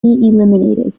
eliminated